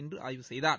இன்று ஆய்வு செய்தார்